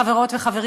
חברות וחברים?